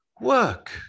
work